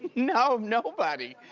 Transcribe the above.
no, nobody.